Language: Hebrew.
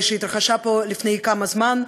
שהתרחשה פה לפני כמה זמן,